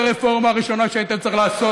זאת הרפורמה הראשונה שהיית צריך לעשות.